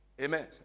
Amen